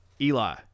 Eli